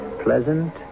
pleasant